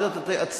את יודעת, את שרה,